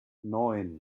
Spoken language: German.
neun